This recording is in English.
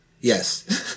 Yes